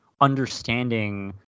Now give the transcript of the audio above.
understanding